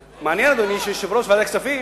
מעניין, אדוני, שיושב-ראש ועדת הכספים